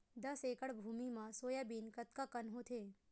दस एकड़ भुमि म सोयाबीन कतका कन होथे?